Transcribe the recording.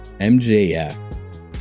MJF